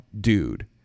dude